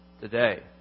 today